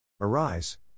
Arise